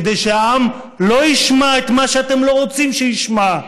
כדי שהעם לא ישמע את מה שאתם לא רוצים שישמע,